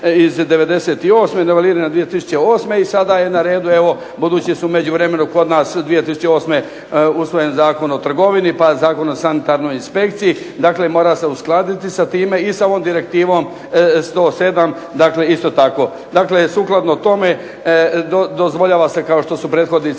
iz '98. Noveliran je 2008. i sada je na redu evo budući su u međuvremenu kod nas 2008. usvojen Zakon o trgovini pa Zakon o sanitarnoj inspekciji. Dakle, mora se uskladiti sa time i sa ovom Direktivom 107, dakle isto tako. Dakle, sukladno tome dozvoljava se, kao što su prethodnici